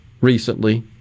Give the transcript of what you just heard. recently